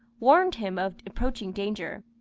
warned him of approaching danger,